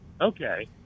Okay